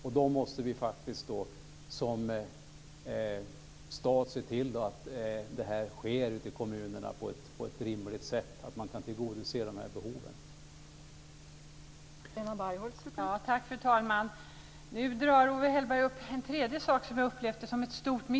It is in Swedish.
Vi måste som stat faktiskt se till att man på ett rimligt sätt kan tillgodose de här behoven ute i kommunerna.